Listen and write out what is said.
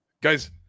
Guys